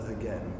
again